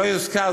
לא יוזכר",